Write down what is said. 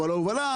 אבל ההובלה,